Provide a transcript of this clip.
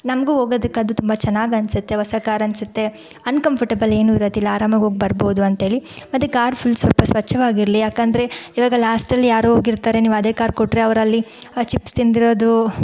ನಮಗೂ ಹೋಗೋದಕ್ಕದು ತುಂಬ ಚೆನ್ನಾಗಿ ಅನಿಸತ್ತೆ ಹೊಸ ಕಾರ್ ಅನಿಸತ್ತೆ ಅನ್ಕಂಫರ್ಟಬಲ್ ಏನೂ ಇರೋದಿಲ್ಲ ಆರಾಮಾಗೋಗಿ ಬರ್ಬೌದು ಅಂತೇಳಿ ಮತ್ತು ಕಾರ್ ಫುಲ್ ಸ್ವಲ್ಪ ಸ್ವಚ್ಛವಾಗಿರಲಿ ಯಾಕಂದರೆ ಇವಾಗ ಲಾಸ್ಟಲ್ಲಿ ಯಾರೋ ಹೋಗಿರ್ತಾರೆ ನೀವು ಅದೇ ಕಾರ್ ಕೊಟ್ಟರೆ ಅವರಲ್ಲಿ ಚಿಪ್ಸ್ ತಿಂದಿರೋದು